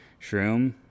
Shroom